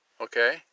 okay